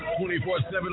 24-7